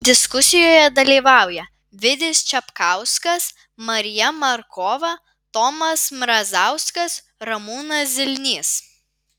diskusijoje dalyvauja vidis čepkauskas marija markova tomas mrazauskas ramūnas zilnys